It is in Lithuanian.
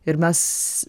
ir mes